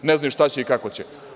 Ne znaju šta će i kako će.